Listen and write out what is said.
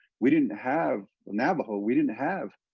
we didn't have navajo, we didn't have